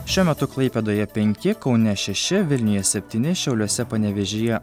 šiuo metu klaipėdoje penki kaune šeši vilniuje septyni šiauliuose panevėžyje